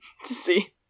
see